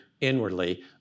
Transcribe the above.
inwardly